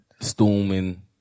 Storming